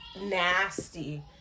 nasty